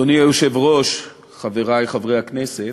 אדוני היושב-ראש, חברי חברי הכנסת,